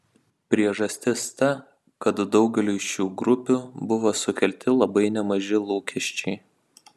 priežastis ta kad daugeliui šių grupių buvo sukelti labai nemaži lūkesčiai